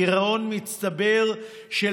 גירעון מצטבר של